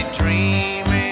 dreaming